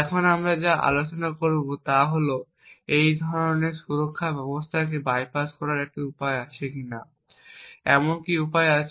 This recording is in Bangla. এখন আমরা এখন যা আলোচনা করব তা হল এই ধরনের সুরক্ষা ব্যবস্থাকে বাইপাস করার একটি উপায় আছে কিনা এমন একটি উপায় আছে